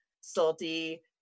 Salty